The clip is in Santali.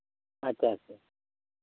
ᱟᱪᱪᱷᱟ ᱟᱪᱪᱷᱟ